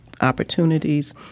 opportunities